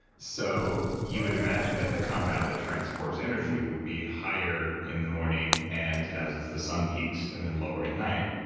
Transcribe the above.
so you would imagine that the compound that transports energy would be higher in the morning and as the sun peaks and then lower at night.